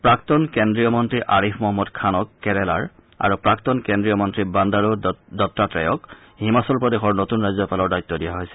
প্ৰাক্তন কেন্দ্ৰীয় মন্তী আৰিফ মহম্মদ খানক কেৰেলাৰ আৰু প্ৰাক্তন কেন্দ্ৰীয় মন্তী বান্দাৰু দণ্ডাত্ৰেয়ক হিমাচল প্ৰদেশৰ নতুন ৰাজ্যপালৰ দায়িত্ব দিয়া হৈছে